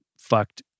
fucked